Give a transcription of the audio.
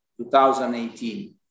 2018